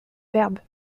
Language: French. verbe